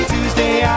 Tuesday